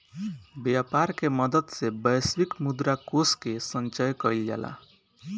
व्यापर के मदद से वैश्विक मुद्रा कोष के संचय कइल जाला